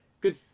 Good